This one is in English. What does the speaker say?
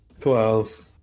Twelve